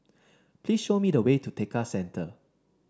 please show me the way to Tekka Centre